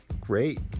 great